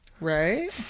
Right